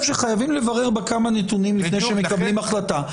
שחייבים לברר בה כמה נתונים לפני שמקבלים החלטה,